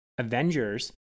Avengers